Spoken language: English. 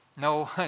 No